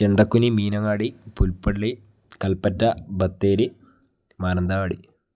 Chendakkuni Meenangadi Pulpally Kalpetta Bathery Mananthavady